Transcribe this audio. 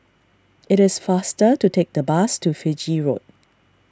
it is faster to take the bus to Fiji Road